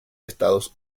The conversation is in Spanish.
estados